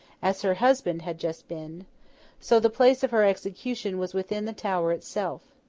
as her husband had just been so, the place of her execution was within the tower itself.